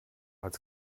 als